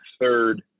third